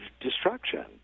destruction